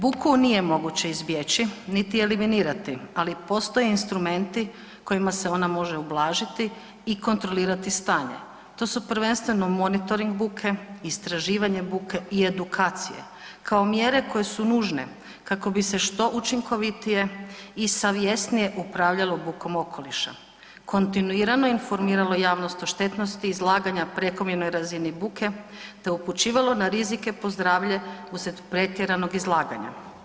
Buku nije moguće izbjeći niti je eliminirati, ali postoje instrumenti kojima se ona može ublažiti i kontrolirati stanje, to su prvenstveno monitoring buke, istraživanje buke i edukacije kao mjere koje su nužne kako bi se što učinkovitije i savjesnije upravljalo bukom okoliša, kontinuirano informiralo javnost o štetnosti izlaganja prekomjernoj razini buke te upućivalo na rizike po zdravlje uslijede pretjeranog izlaganja.